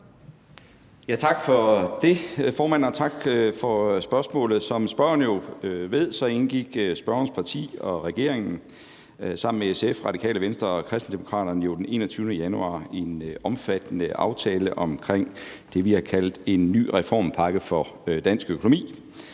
Tak for det, formand, og tak for spørgsmålet. Som spørgeren jo ved, indgik spørgerens parti og regeringen sammen med SF, Radikale Venstre og Kristendemokraterne den 21. januar en omfattende aftale om det, vi har kaldt for en ny reformpakke for dansk økonomi.